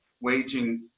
waging